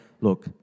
look